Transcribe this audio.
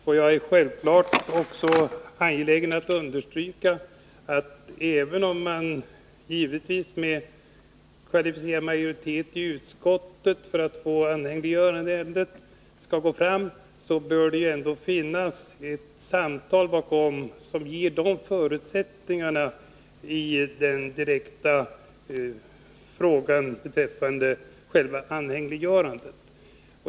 Självfallet är jag också angelägen att understryka att även om man givetvis skall arbeta för att få ett anhängiggörande av ärendet i utskottet genom kvalificerad majoritet, bör det ändå finnas samtal bakom som ger förutsättningarna beträffande själva anhängiggörandet.